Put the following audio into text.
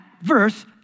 verse